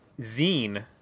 zine